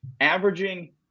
averaging